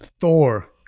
thor